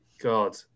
God